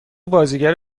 بازیگر